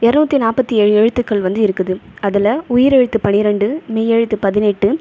இரநூத்தி நாற்பத்தி ஏழு எழுத்துக்கள் வந்து இருக்குது அதில் உயிரெழுத்து பன்னிரெண்டு மெய்யெழுத்து பதினெட்டு